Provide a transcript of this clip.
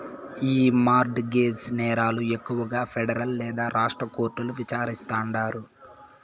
ఈ mortgage నేరాలు ఎక్కువగా పెడరల్ లేదా రాష్ట్ర కోర్టుల్ల విచారిస్తాండారు